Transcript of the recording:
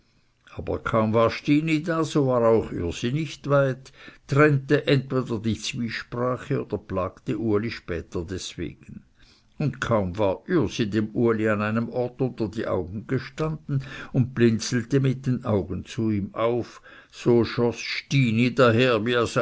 aber kaum war stini da so war auch ürsi nicht weit trennte entweder die zwiesprache oder plagte uli später deswegen und kaum war ürsi dem uli an einem ort unter die augen gestanden und blinzelte mit den augen zu ihm auf so schoß stini daher